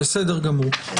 בסדר גמור.